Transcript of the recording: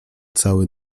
cały